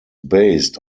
based